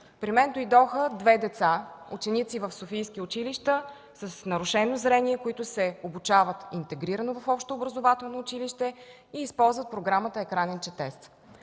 при мен дойдоха две деца – ученици в софийски училища, с нарушено зрение, които се обучават интегрирано в общообразователно училище и използват Програмата „Екранен четец”.